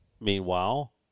meanwhile